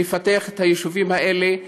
לפתח את היישובים האלה: